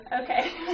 Okay